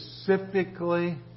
specifically